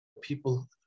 people